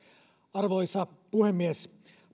arvoisa puhemies